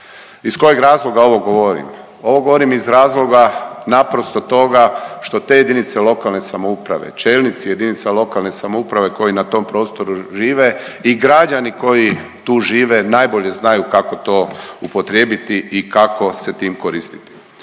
Iz kojeg razloga ovo govorim? Ovo govorim iz razloga naprosto toga što te JLS, čelnici JLS koji na tom prostoru žive i građani koji tu žive najbolje znaju kako to upotrijebiti i kako se tim koristiti.